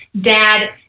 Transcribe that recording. Dad